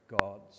gods